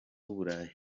burayi